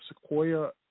Sequoia